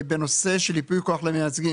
בנושא של ייפוי כוח למייצגים.